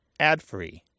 adfree